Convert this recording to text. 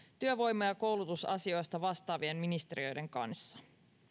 työvoima ja koulutusasioista vastaavien ministeriöiden kanssa